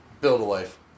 Build-a-life